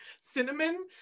cinnamon